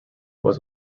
was